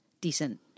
decent